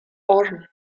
orme